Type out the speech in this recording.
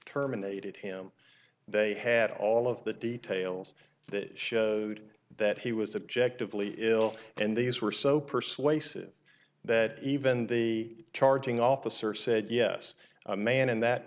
terminated him they had all of the details that showed that he was objective lee ilk and these were so persuasive that even the charging officer said yes a man in that